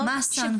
מה הסנקציות?